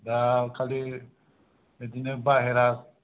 दा खालि बिदिनो बाहेरा